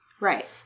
Right